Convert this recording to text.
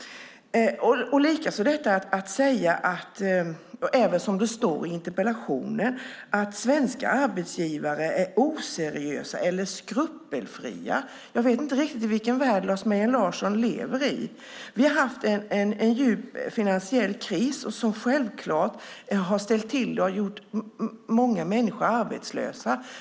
Det står i interpellationen, och Lars Mejern Larsson säger det också nu, att svenska arbetsgivare är oseriösa eller skrupelfria. Jag vet inte riktigt i vilken värld Lars Mejern Larsson lever. Vi har haft en djup finansiell kris som självfallet har ställt till det och har gjort många människor arbetslösa.